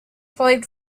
played